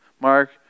Mark